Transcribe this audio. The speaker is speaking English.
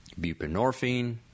buprenorphine